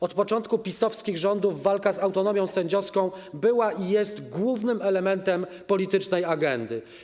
Od początku PiS-owskich rządów walka z autonomią sędziowską była i jest głównym elementem politycznej agendy.